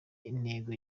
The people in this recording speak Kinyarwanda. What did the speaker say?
intego